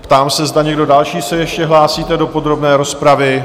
Ptám se, zda někdo další se ještě hlásíte do podrobné rozpravy?